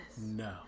No